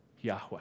Yahweh